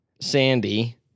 Sandy